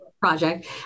Project